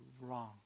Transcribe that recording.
wrong